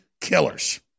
killers